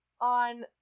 on